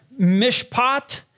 mishpat